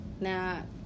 now